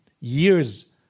years